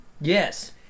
Yes